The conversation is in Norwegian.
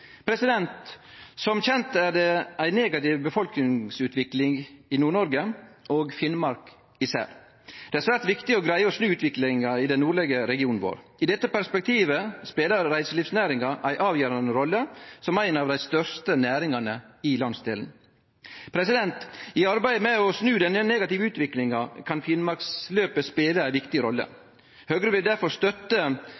Som kjent er det ei negativ befolkningsutvikling i Nord-Noreg, og i Finnmark især. Det er svært viktig å greie å snu utviklinga i den nordlege regionen vår. I dette perspektivet spelar reiselivsnæringa, som ei av dei største næringane i landsdelen, ei avgjerande rolle. I arbeidet med å snu denne negative utviklinga kan Finnmarksløpet spele ei viktig rolle.